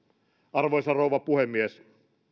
arvoisa rouva puhemies